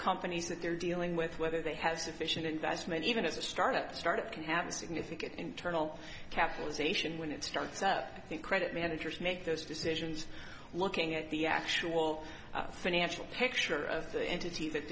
companies that they're dealing with whether they have sufficient investment even as a start up start can have a significant internal capitalization when it starts up again credit managers make those decisions looking at the actual financial picture of the entity that